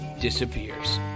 disappears